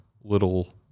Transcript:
little